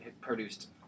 produced